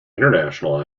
international